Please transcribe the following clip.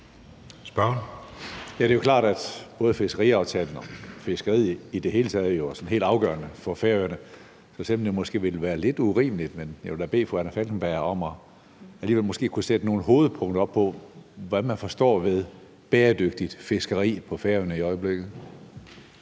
det er jo klart, at både fiskeriaftalen og fiskeriet i det hele taget er sådan helt afgørende for Færøerne. Så selv om det måske vil være lidt urimeligt, vil jeg alligevel bede fru Anna Falkenberg om, at hun måske kunne sætte nogle hovedpunkter op for, hvad man forstår ved bæredygtigt fiskeri på Færøerne i øjeblikket.